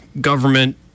government